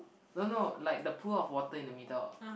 no no like the pool of water in the middle